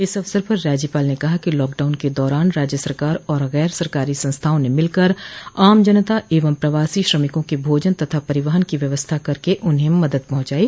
इस अवसर पर राज्यपाल ने कहा कि लॉकडाउन के दौरान राज्य सरकार और गैर सरकारी संस्थाओं ने मिलकर आम जनता एवं प्रवासी श्रमिकों के भोजन तथा परिवहन की व्यवस्था करके उन्हें मदद पहुंचायी